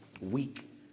weak